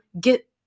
get